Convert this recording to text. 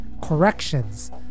corrections